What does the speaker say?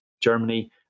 Germany